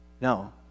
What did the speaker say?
No